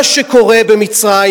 מה שקורה במצרים,